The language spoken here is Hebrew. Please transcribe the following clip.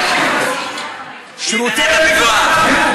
תודה.